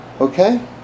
Okay